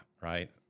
right